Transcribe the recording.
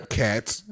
cats